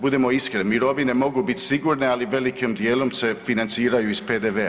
Budemo iskreni, mirovine mogu biti sigurne, ali velikim dijelom se financiraju iz PDV-a.